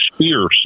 SPEAR